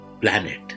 planet